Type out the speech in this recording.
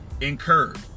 incurred